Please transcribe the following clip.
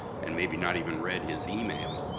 and maybe not even read his email,